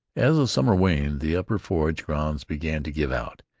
as the summer waned, the upper forage-grounds began to give out,